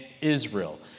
Israel